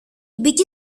μπήκε